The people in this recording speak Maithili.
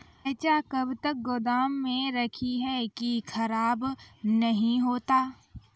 रईचा कब तक गोदाम मे रखी है की खराब नहीं होता?